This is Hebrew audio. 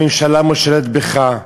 הממשלה מושלת בך?